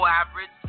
average